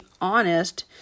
honest